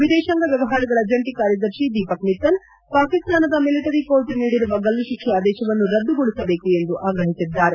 ವಿದೇಶಾಂಗ ವ್ಯವಹಾರಗಳ ಜಂಟಿ ಕಾರ್ಯದರ್ಶಿ ದೀಪಕ್ ಮಿತ್ತಲ್ ಪಾಕಿಸ್ತನದ ಮಿಲಿಟರಿ ಕೋರ್ಟ್ ನೀಡಿರುವ ಗಲ್ಲುಶಿಕ್ಷೆ ಆದೇಶವನ್ನು ರದ್ದುಗೊಳಿಸಬೇಕು ಎಂದು ಆಗ್ರಹಿಸಿದ್ದಾರೆ